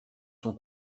son